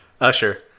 Usher